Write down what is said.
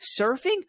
Surfing